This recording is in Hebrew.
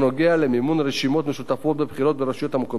למימון רשימות משותפות בבחירות ברשויות המקומיות,